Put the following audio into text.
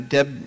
Deb